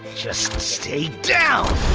just stay down!